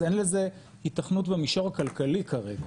אז אין לזה היתכנות במישור הכלכלי כרגע.